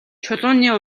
чулууны